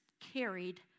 carried